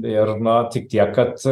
ir na tik tiek kad